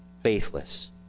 faithless